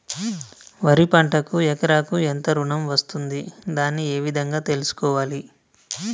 వరి పంటకు ఎకరాకు ఎంత వరకు ఋణం వస్తుంది దాన్ని ఏ విధంగా తెలుసుకోవాలి?